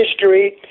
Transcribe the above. history